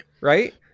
right